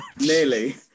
nearly